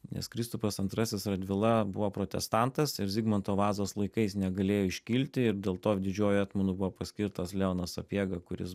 nes kristupas antrasis radvila buvo protestantas ir zigmanto vazos laikais negalėjo iškilti ir dėl to didžiuoju etmonu buvo paskirtas leonas sapiega kuris